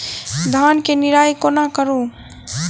धान केँ निराई कोना करु?